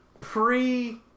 pre